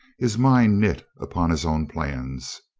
his mind knit upon his own plans.